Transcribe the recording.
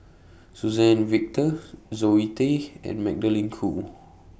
Suzann Victor Zoe Tay and Magdalene Khoo